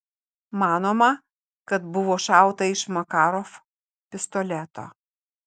manoma kad buvo šauta iš makarov pistoleto